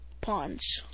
punch